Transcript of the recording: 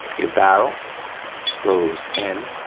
your barrel goes in